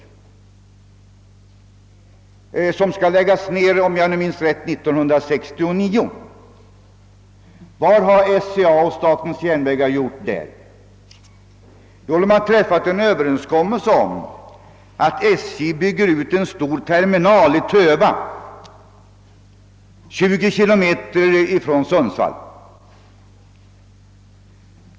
Nedläggningen skall — om jag minns rätt — genomföras år 1969. Vad har SCA och statens järnvägar gjort där? Jo, de har träffat en överenskommelse om att SJ skall bygga en stor terminal i Töva, 20 km från Sundsvall.